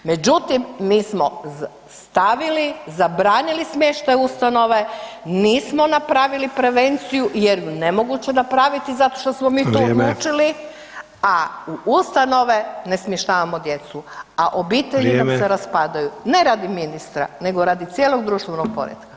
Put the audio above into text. Međutim, mi smo stavili, zabranili smještaj u ustanove, nismo napravili prevenciju jer ju je nemoguće napraviti zato što mi to odlučili [[Upadica Sanader: Vrijeme.]] a u ustanove ne smještavamo djecu, a obitelji nam se raspadaju [[Upadica Sanader: Vrijeme.]] ne radi ministra nego radi cijelog društvenog poretka.